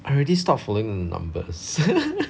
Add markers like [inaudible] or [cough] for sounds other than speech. I already stop following numbers [laughs]